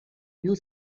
you